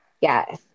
Yes